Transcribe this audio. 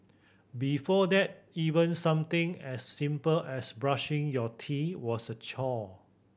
before that even something as simple as brushing your teeth was a chore